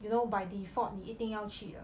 you know by default 你一定要去